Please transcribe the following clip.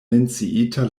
menciita